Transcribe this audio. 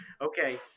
Okay